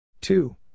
Two